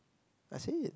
I said